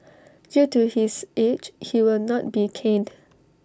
due to his age he will not be caned